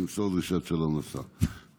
תמסור דרישת שלום לשר.